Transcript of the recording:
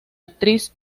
actriz